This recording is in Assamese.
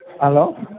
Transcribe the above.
হেল্ল'